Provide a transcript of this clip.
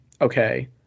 okay